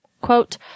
Quote